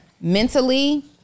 mentally